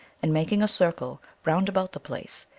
and making a circle round about the place,